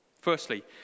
Firstly